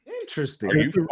Interesting